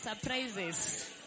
Surprises